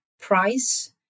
Price